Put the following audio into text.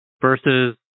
versus